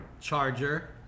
charger